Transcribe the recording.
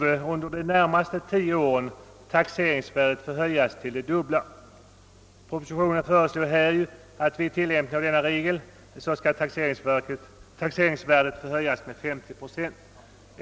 föreslås, att taxeringsvärdet vid tilllämpningen av denna regel får höjas med 50 procent.